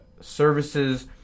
services